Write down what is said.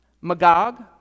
Magog